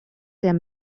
der